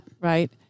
Right